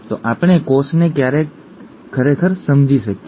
તો આપણે કોષને ખરેખર ક્યારે સમજી શકીએ